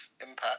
impact